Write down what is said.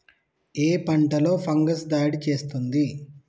ఏ పంటలో ఫంగస్ దాడి చేస్తుంది?